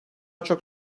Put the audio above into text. çok